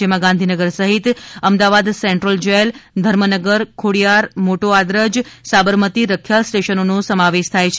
જેમાં ગાંધીનગર સહિત Ahmedabad central jail Dharmnagar Khodiyar મોટો આદરજ સાબરમતી રખીયાલ સ્ટેશનોને સમાવેશ થાય છે